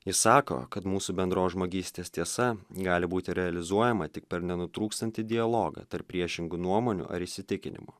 jis sako kad mūsų bendros žmogystės tiesa gali būti realizuojama tik per nenutrūkstantį dialogą tarp priešingų nuomonių ar įsitikinimų